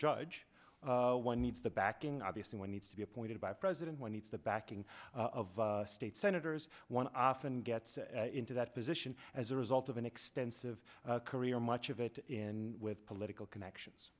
judge one needs the backing obviously when needs to be appointed by president when he has the backing of state senators one often gets into that position as a result of an extensive career much of it in with political connections